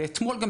גם אתמול,